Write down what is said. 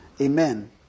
Amen